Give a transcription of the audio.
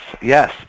yes